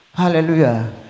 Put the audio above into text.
Hallelujah